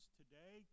today